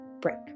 break